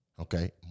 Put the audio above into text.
Okay